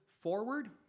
Forward